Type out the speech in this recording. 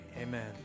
amen